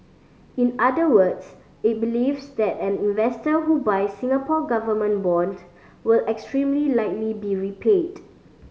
in other words it believes that an investor who buys Singapore Government bond will extremely likely be repaid